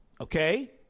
Okay